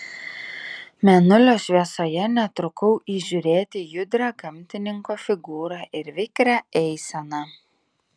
mėnulio šviesoje netrukau įžiūrėti judrią gamtininko figūrą ir vikrią eiseną